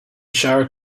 shower